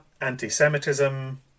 anti-semitism